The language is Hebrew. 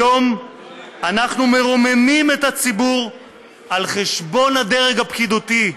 היום אנחנו מרוממים את הציבור על חשבון הדרג הפקידותי,